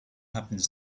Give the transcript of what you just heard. happens